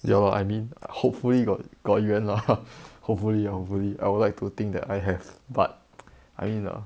ya lah I mean hopefully got got 缘 lah hopefully hopefully I would like to think that I have but I mean err